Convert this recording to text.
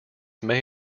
may